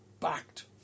backed